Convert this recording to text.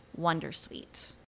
Wondersuite